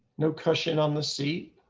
no cushion on the seat.